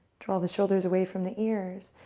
draw the shoulders away from the ears,